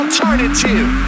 Alternative